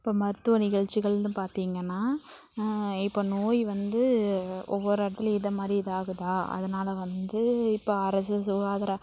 இப்போ மருத்துவ நிகழ்ச்சிகள்னு பார்த்தீங்கன்னா இப்போ நோய் வந்து ஒவ்வொரு இடத்துலியும் இதை மாதிரி இதாக ஆகுதா அதனால் வந்து இப்போ அரசு சுகாதார